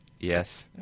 Yes